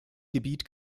gebiet